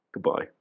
goodbye